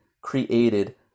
created